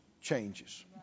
changes